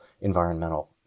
environmental